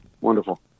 Wonderful